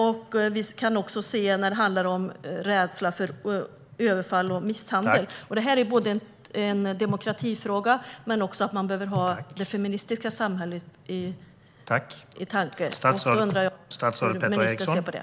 Vi kan se samma sak när det handlar om rädsla för överfall och misshandel. Detta är en demokratifråga, och man måste också ha det feministiska samhället i åtanke. Jag undrar hur ministern ser på det.